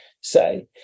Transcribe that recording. say